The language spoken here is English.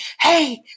Hey